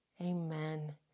Amen